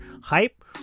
hype